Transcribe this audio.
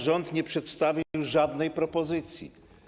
Rząd nie przedstawił tam żadnej propozycji.